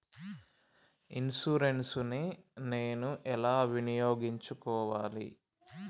Insurance ని నేను ఎలా వినియోగించుకోవాలి?